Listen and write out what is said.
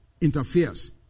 interferes